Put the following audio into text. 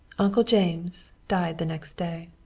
uncle james died the next day.